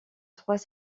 trois